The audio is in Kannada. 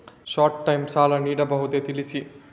ಶಾರ್ಟ್ ಟೈಮ್ ಸಾಲ ನೀಡಬಹುದೇ ತಿಳಿಸಿ?